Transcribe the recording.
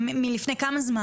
מלפני כמה זמן?